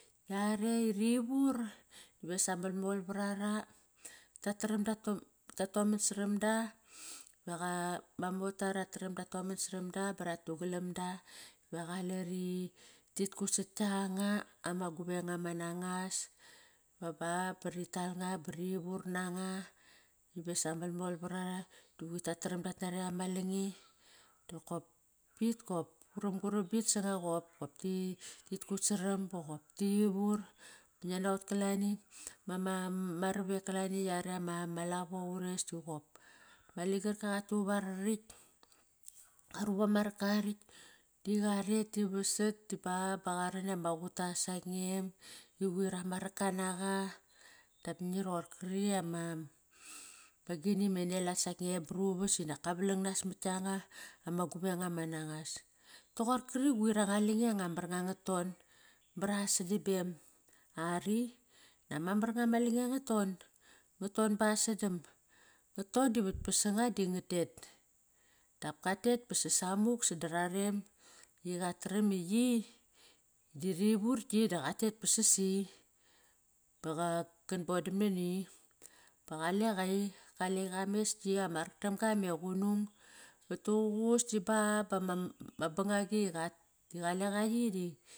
Yare rivur vasa malmol varara tat tram ta toman saram da, ma mota rataram ta toman saram da ba rat tu galam da va qale rit kutsatk kianga ama guveng nga ma nangas. Ba, ba bari tal nga ba rivur nanga, ivasa malmol varara da quir tat nari ama lange. Nokop pit kop guram, guram pit sanga qop, qopki rit kut saram boqop ti vur. Ngia naqot kalani ma ravek kalani yare ma lavo ures da qop ma ligarka qatu va rarekt, karu vama raka rakt di qaret di vasat di ba, ba qaran iama quta sak ngem di quir ama raka naqa dap ngi ror kari ama agini me ngelat sak ngem bruvas inak kavalang nas mat yanga ama guveng nga ma nangas. Toqor kari quir anga lange anga mar nga, nga ton mara sdam bem ari, ama mar nga ma lange nga ton, nga ton basdam. Ngat ton di vaspas sanga di nga tet, dap katet ba sasa muk sadararem i qatram i yi di rivur kti da qatet ba sasi ba qan bodam nani va qale qa i. Qale qa mes ki ama raktam ga me qunung, pat duququs di ba bama bangagi i qale qa i.